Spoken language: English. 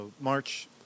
March